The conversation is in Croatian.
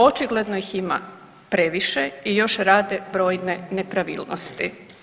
Očigledno ih ima previše i još rade brojne nepravilnosti.